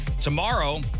Tomorrow